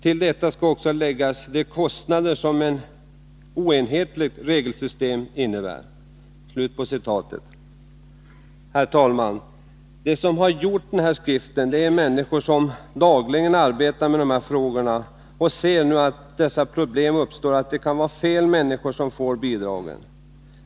Till detta skall också läggas de kostnader som ett oenhetligt regelsystem innebär. Herr talman! De som har författat denna skrift är människor som dagligen arbetar med dessa frågor och nu ser att de här problemen uppstår, att det kan vara fel människor som får bidrag.